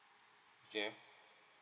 okay